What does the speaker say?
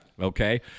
Okay